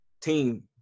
team